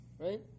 right